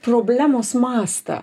problemos mastą